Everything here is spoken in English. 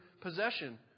possession